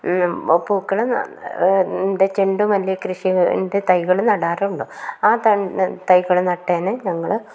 പൂക്കൾ ചെണ്ടുമല്ലി കൃഷി ൻ്റെ തൈകൾ നടാറുണ്ട് ആ തൈകൾ നട്ടതിന് ഞങ്ങൾ